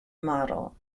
model